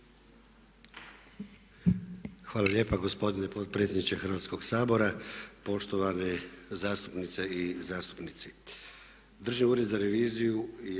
Hvala lijepa gospodine potpredsjedniče Hrvatskoga sabora, poštovane zastupnice i zastupnici.